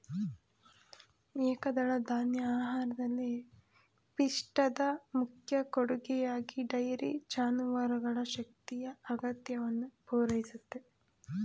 ಏಕದಳಧಾನ್ಯ ಆಹಾರದಲ್ಲಿ ಪಿಷ್ಟದ ಮುಖ್ಯ ಕೊಡುಗೆಯಾಗಿ ಡೈರಿ ಜಾನುವಾರುಗಳ ಶಕ್ತಿಯ ಅಗತ್ಯವನ್ನು ಪೂರೈಸುತ್ತೆ